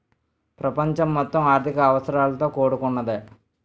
ప్రపంచం మొత్తం ఆర్థిక అవసరాలతో కూడుకున్నదే